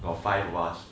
got five of us